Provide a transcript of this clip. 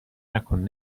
نکن